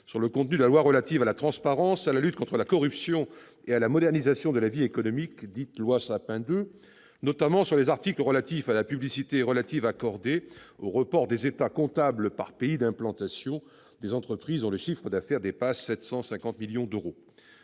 sur le contenu de la loi relative à la transparence, à la lutte contre la corruption et à la modernisation de la vie économique, dite loi « Sapin 2 », notamment sur les articles concernant la publicité relative accordée au report des états comptables par pays d'implantation des entreprises dont le chiffre d'affaires dépasse 750 millions d'euros.